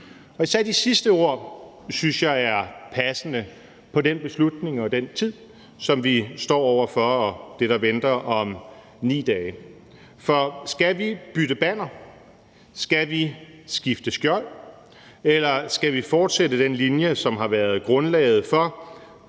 Især de sidste ord synes jeg er passende for den beslutning og den tid, som vi står over for, og det, der venter om 9 dage. For skal vi bytte banner? Skal vi skifte skjold? Eller skal vi fortsætte den linje, som har været grundlaget for